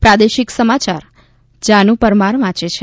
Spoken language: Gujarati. પ્રાદેશિક સમાચાર જાનુ પરમાર વાંચે છે